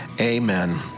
Amen